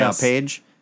page